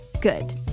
Good